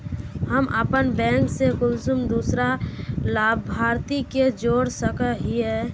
हम अपन बैंक से कुंसम दूसरा लाभारती के जोड़ सके हिय?